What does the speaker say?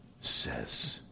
says